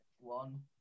one